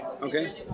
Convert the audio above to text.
Okay